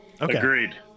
Agreed